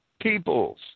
peoples